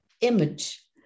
image